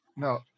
No